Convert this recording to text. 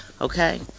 Okay